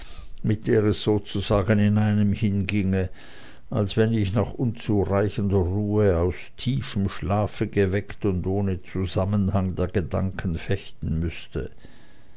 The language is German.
mit der es sozusagen in einem hinginge als wenn ich nach unzureichender ruhe aus tiefem schlafe geweckt und ohne zusammenhang der gedanken fechten müßte